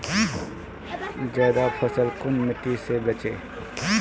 ज्यादा फसल कुन मिट्टी से बेचे?